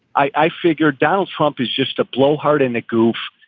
i figure donald trump is just a blowhard and a goof.